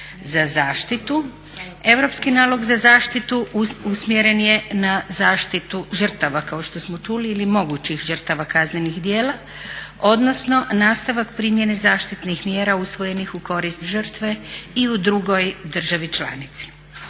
za zaštitu. Europski nalog za zaštitu usmjeren je na zaštitu žrtava kao što smo čuli ili mogućih žrtava kaznenih djela odnosno nastavak primjerne zaštitnih mjera usvojenih u korist žrtve i u drugoj državi članici.